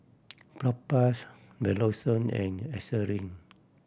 Propass Redoxon and Eucerin